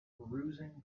perusing